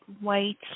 white